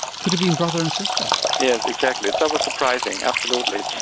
could have been brother and sister? yes exactly, that was surprising absolutely,